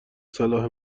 صلاح